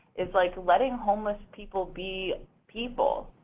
is like, letting homeless people be people,